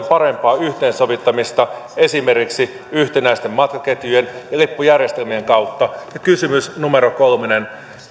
parempaa yhteensovittamista esimerkiksi yhtenäisten matkaketjujen lippujärjestelmien kautta ja kysymys numero kolmonen